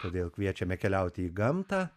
todėl kviečiame keliauti į gamtą